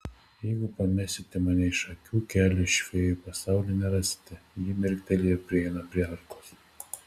jeigu pamesite mane iš akių kelio iš fėjų pasaulio nerasite ji mirkteli ir prieina prie arkos